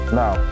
now